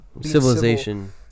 civilization